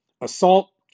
assault